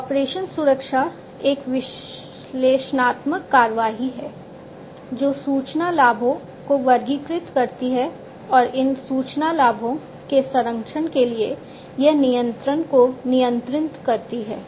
operation सुरक्षा एक विश्लेषणात्मक कार्रवाई है जो सूचना लाभों को वर्गीकृत करती है और इन सूचना लाभों के संरक्षण के लिए यह नियंत्रण को नियंत्रित करती है